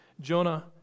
Jonah